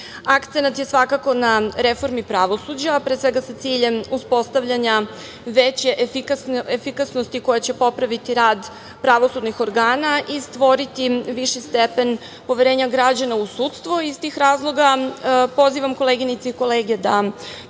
je svakako na reformi pravosuđa sa ciljem uspostavljanja veće efikasnosti koja će popraviti rad pravosudnih organa i stvoriti viši stepen poverenja građana u sudstvo. Iz tih razloga pozivam koleginice i kolege da podržimo